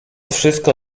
wszystko